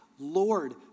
Lord